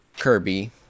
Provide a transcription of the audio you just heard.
Kirby